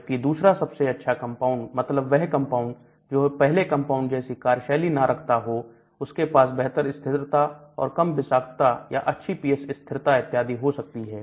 जबकि दूसरा सबसे अच्छा कंपाउंड मतलब वह कंपाउंड जो पहले कंपाउंड जैसी कार्यशैली ना रखता हूं उसके पास बेहतर स्थिरता और कम विषाक्तता या अच्छी पीएच स्थिरता इत्यादि हो सकती है